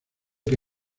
que